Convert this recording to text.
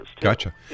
Gotcha